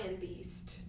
beast